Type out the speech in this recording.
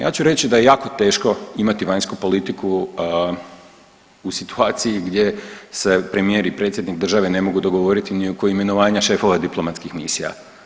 Ja ću reći da je jako teško imati vanjsku politiku u situaciji gdje se premijer i predsjednik države ne mogu dogovoriti ni oko imenovanja šefova diplomatskih misija.